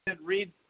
Read